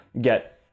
get